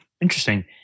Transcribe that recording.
Interesting